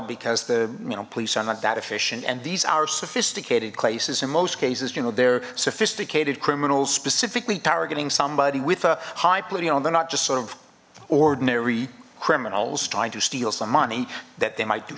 because the you know police are not that efficient and these are sophisticated cases in most cases you know they're sophisticated criminals specifically targeting somebody with a high polluting on they're not just sort of ordinary criminals trying to steal some money that they might do